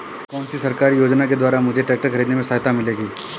कौनसी सरकारी योजना के द्वारा मुझे ट्रैक्टर खरीदने में सहायता मिलेगी?